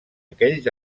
aquells